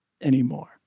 anymore